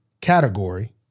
category